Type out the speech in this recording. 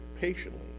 patiently